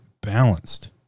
balanced